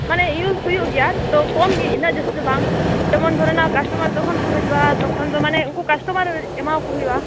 ᱢᱟᱱᱮ ᱤᱭᱩᱥ ᱦᱩᱭᱩᱜ ᱜᱮᱭᱟ ᱛᱚ ᱠᱚᱢ ᱜᱮ ᱤᱱᱟᱹᱜ ᱡᱟᱹᱥᱛᱤ ᱫᱚ ᱵᱟᱝ ᱡᱮᱢᱚᱱ ᱫᱷᱚᱨᱮ ᱱᱟᱣ ᱠᱟᱥᱴᱚᱢᱟᱨ ᱡᱚᱠᱷᱚᱱ ᱠᱚ ᱦᱤᱡᱩᱜᱼᱟ ᱛᱚᱠᱷᱚᱱ ᱢᱟᱱᱮ ᱩᱱᱠᱩ ᱠᱟᱥᱴᱚᱢᱟᱨ ᱮᱢᱟᱣᱟᱠᱚ ᱦᱩᱭᱩᱜᱼᱟ